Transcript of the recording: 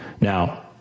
Now